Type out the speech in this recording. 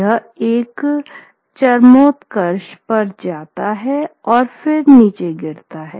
यह एक चरमोत्कर्ष पर जाता है और फिर नीचे गिरता है